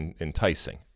enticing